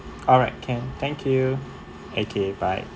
alright can thank you okay bye